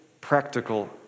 practical